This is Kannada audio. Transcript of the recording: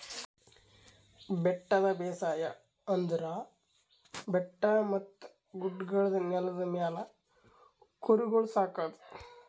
ಬೆಟ್ಟದ ಬೇಸಾಯ ಅಂದುರ್ ಬೆಟ್ಟ ಮತ್ತ ಗುಡ್ಡಗೊಳ್ದ ನೆಲದ ಮ್ಯಾಲ್ ಕುರಿಗೊಳ್ ಸಾಕದ್